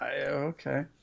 Okay